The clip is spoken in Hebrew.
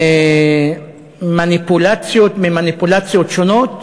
מניפולציות ממניפולציות שונות,